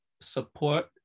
support